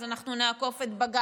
אז אנחנו נעקוף את בג"ץ.